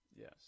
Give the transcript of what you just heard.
yes